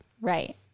Right